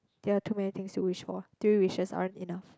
there are too many things to wish for three wishes aren't enough